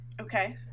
Okay